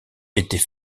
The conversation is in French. était